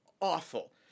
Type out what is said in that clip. awful